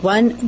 One